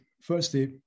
firstly